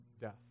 Death